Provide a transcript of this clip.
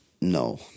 No